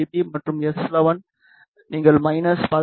மற்றும் எஸ்11 நீங்கள் மைனஸ் 17 டி